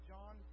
John